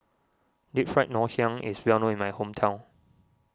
Deep Fried Ngoh Hiang is well known in my hometown